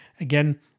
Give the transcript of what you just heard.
again